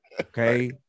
okay